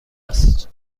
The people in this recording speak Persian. است